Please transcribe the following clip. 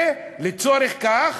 ולצורך כך